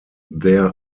there